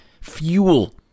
fuel